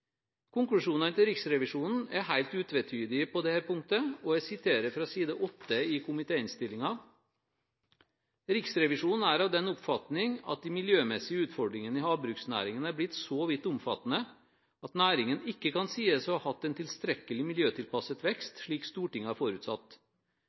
Konklusjonene til Riksrevisjonen er helt utvetydige på dette punktet, og jeg siterer fra side 8 i komitéinnstillingen: «Riksrevisjonen er av den oppfatning at de miljømessige utfordringene i havbruksnæringen er blitt så vidt omfattende at næringen ikke kan sies å ha hatt en tilstrekkelig miljøtilpasset